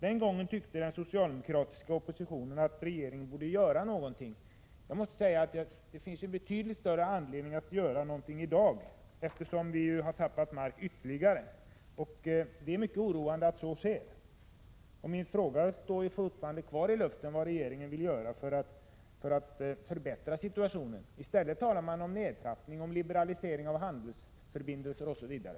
Den gången tyckte den socialdemokratiska oppositionen att regeringen borde göra någonting. Jag måste i det sammanhanget säga att man i dag har betydligt större anledning att göra någonting, eftersom svensk tekoindustri har förlorat ytterligare mark. Det är mycket oroande att så är fallet. Min fråga kvarstår: Vad vill regeringen göra för att förbättra situationen? Vad man gör är ju att man talar om en nedtrappning, om en liberalisering av handelsförbindelser osv.